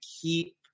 keep